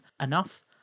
enough